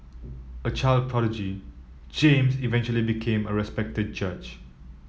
a child prodigy James eventually became a respected judge